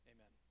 Amen